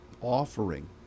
offering